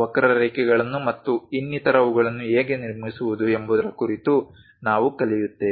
ವಕ್ರಾರೇಖೆಗಳನ್ನು ಮತ್ತು ಇನ್ನಿತರವುಗಳನ್ನು ಹೇಗೆ ನಿರ್ಮಿಸುವುದು ಎಂಬುದರ ಕುರಿತು ನಾವು ಕಲಿಯುತ್ತೇವೆ